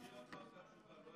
תקריא עוד פעם את התשובה.